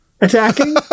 attacking